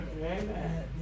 Amen